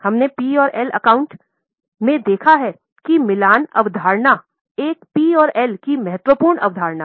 हमने पी और एल खाते में देखा है कि मिलान अवधारणा एक पी और एल की महत्वपूर्ण अवधारणा हैं